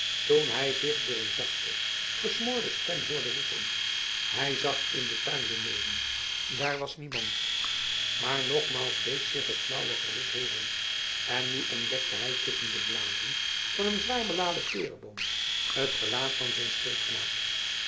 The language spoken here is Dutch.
toen hij zich door een zachte gesmoorde stem hoorde toeroepen hij zag in den tuin beneden daar was niemand maar nogmaals deed zich het flauwe geroep hooren en nu ontdekte hij tusschen de bladeren van een zwaar beladen pereboom het gelaat van zijn